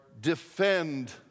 defend